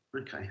Okay